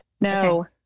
no